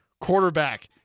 quarterback